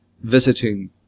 visiting